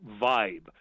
vibe